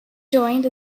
joined